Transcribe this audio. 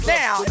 now